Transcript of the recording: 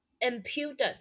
impudent